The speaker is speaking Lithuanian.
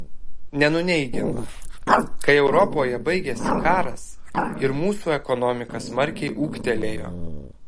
nenuneigiama kai europoje baigėsi karas ir mūsų ekonomika smarkiai ūgtelėjo